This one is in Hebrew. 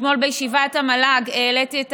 אתמול בישיבת המל"ג העליתי את